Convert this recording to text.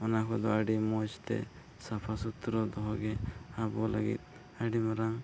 ᱚᱱᱟ ᱠᱚᱫᱚ ᱟᱹᱰᱤ ᱢᱚᱡᱽᱛᱮ ᱥᱟᱯᱷᱟ ᱥᱩᱛᱨᱚ ᱫᱚᱦᱚᱜᱮ ᱟᱵᱚ ᱞᱟᱹᱜᱤᱫ ᱟᱹᱰᱤ ᱢᱟᱨᱟᱝ